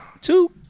Two